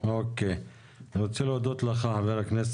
בזמן שהבניין עומד לקרוס